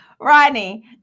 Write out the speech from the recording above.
Rodney